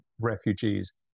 refugees